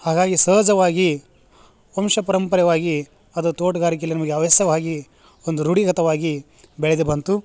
ಹಾಗಾಗಿ ಸಹಜವಾಗಿ ವಂಶ ಪಾರಂಪರ್ಯಾವಾಗಿ ಅದು ತೋಟ್ಗಾರಿಕೆಯಲ್ಲಿ ನಮಗ್ ಹವ್ಯಾಸವಾಗಿ ಒಂದು ರೂಢೀಗತವಾಗಿ ಬೆಳೆದು ಬಂತು